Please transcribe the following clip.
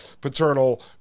paternal